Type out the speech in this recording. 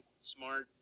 smart